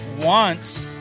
want